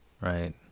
right